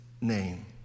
name